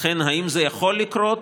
לכן, האם זה יכול לקרות?